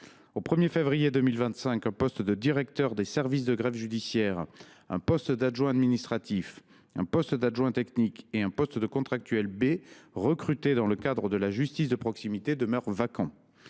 Au 1 février 2025, un poste de directeur des services de greffe judiciaires, un poste d’adjoint administratif, un poste d’adjoint technique et un poste de contractuel B recruté dans le cadre de la justice de proximité demeurent vacants.